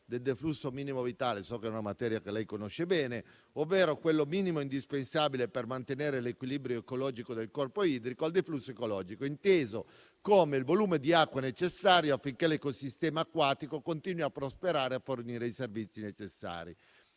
del deflusso minimo vitale (so che è una materia che lei conosce bene), ovvero quello minimo indispensabile per mantenere l'equilibrio ecologico del corpo idrico, al deflusso ecologico, inteso come il volume di acqua necessario affinché l'ecosistema acquatico continui a prosperare e a fornire i servizi necessari.